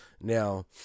Now